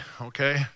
okay